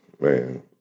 Man